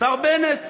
השר בנט.